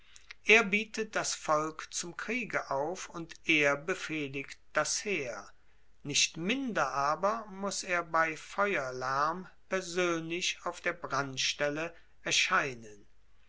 er bietet das volk zum kriege auf und er befehligt das heer nicht minder aber muss er bei feuerlaerm persoenlich auf der brandstelle erscheinen